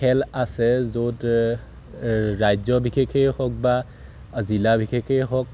খেল আছে য'ত ৰাজ্য বিশেষেই হওক বা জিলা বিশেষেই হওক